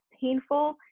painful